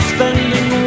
Spending